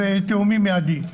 תאומים מעדי.